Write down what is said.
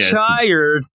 tired